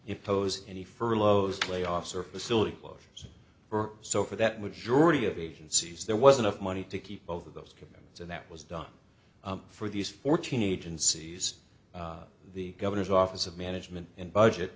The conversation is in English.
impose any furloughs layoffs or facility closures so for that majority of agencies there was enough money to keep both of those commitments and that was done for these fourteen agencies the governor's office of management and budget